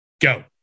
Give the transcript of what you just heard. Go